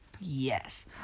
Yes